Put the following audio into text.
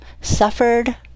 suffered